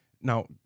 Now